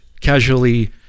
casually